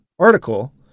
article